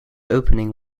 opening